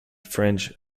french